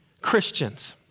Christians